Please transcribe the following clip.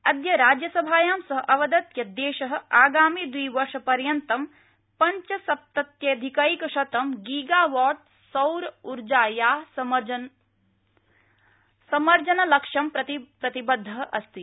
अद्य राज्यसभायाम् सः अवदत् यत् देशः आगामि द्विवर्षपर्यन्तं पंचसप्तत्यधिकैकशतम् गीगावॉट सौर उर्जाया समर्जनलक्ष्यं प्रति प्रतिबद्धः अस्ति